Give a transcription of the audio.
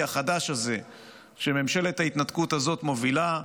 החדש הזה שממשלת ההתנתקות הזאת מובילה,